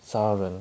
杀人